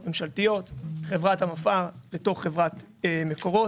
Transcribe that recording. ממשלתיות: חברת המפא"ר לתוך חברת מקורות.